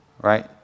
right